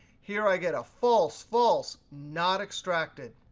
here, i get a false, false, not extracted.